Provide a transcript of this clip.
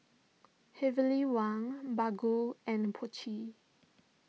Heavenly Wang Bargo and Pucci